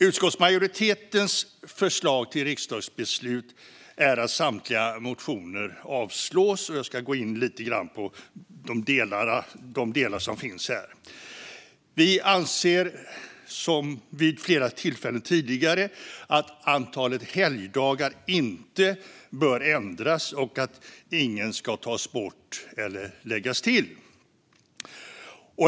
Utskottsmajoritetens förslag till riksdagsbeslut är att samtliga motioner avslås. Jag ska gå in lite grann på de delar som finns här. Vi anser som vid flera tillfällen tidigare att antalet helgdagar inte bör ändras och att ingen ska tas bort eller läggas till.